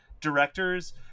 directors